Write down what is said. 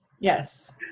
Yes